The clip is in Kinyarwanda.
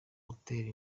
utera